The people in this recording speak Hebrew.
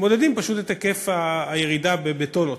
ומודדים את היקף הירידה בטונות,